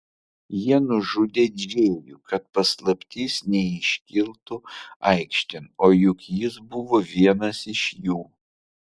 jie nužudė džėjų kad paslaptis neiškiltų aikštėn o juk jis buvo vienas iš jų